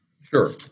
Sure